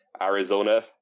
Arizona